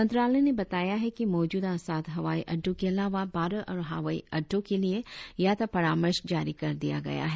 मंत्रालय ने बताया कि मौजूदा सात हवाई अड़डों के अलावा बारह और हवाई अड़डों के लिए यात्रा परामर्श जारी कर दिया गया है